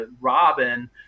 Robin